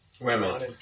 Women